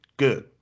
good